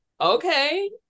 okay